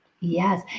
Yes